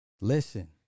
Listen